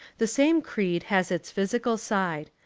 the same creed has its physical side.